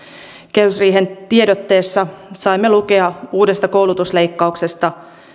kehysriihen tiedotteesta saimme lukea uudesta koulutusleikkauksesta